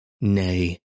Nay